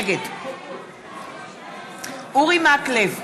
נגד אורי מקלב,